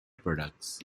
products